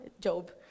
Job